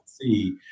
see